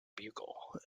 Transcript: bugle